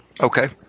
Okay